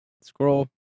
Scroll